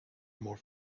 more